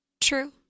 True